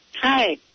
hi